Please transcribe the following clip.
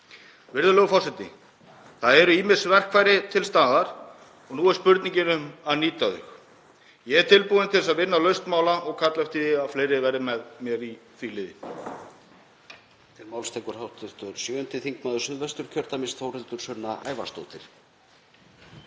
Virðulegur forseti. Það eru ýmis verkfæri til staðar og nú er spurningin um að nýta þau. Ég er tilbúinn til að vinna að lausn mála og kalla eftir því að fleiri verði með mér í því liði.